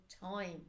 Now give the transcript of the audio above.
time